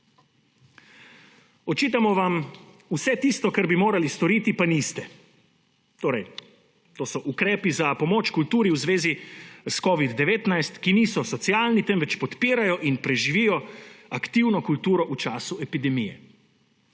Očitamo vam vse tisto, kar bi morali storiti, pa niste. To so ukrepi za pomoč kulturi v zvezi s covidom-19, ki niso socialni, temveč podpirajo in preživijo aktivno kulturo v času epidemije,